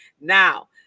now